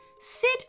Sid